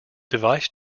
device